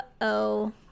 Uh-oh